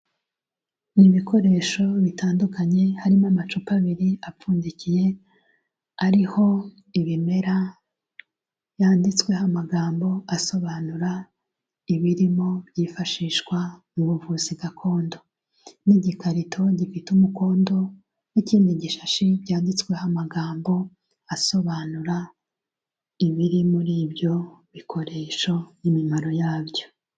Ni ibikoresho bitandukanye harimo amacupa abiri apfundikiye, ariho ibimera yanditsweho amagambo asobanura ibirimo byifashishwa mu buvuzi gakondo. N'igikarito gifite umukondo n'ikindi gishashi cyanditsweho amagambo asobanura ibiri muri ibyo bikoresho n'imimaro yabyo.